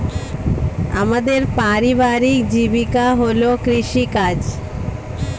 আমাদের পারিবারিক জীবিকা হল কৃষিকাজ